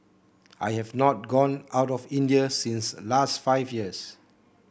I have not gone out of India since last five years